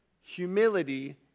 Humility